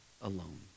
alone